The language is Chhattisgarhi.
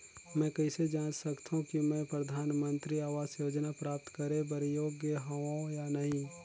मैं कइसे जांच सकथव कि मैं परधानमंतरी आवास योजना प्राप्त करे बर योग्य हववं या नहीं?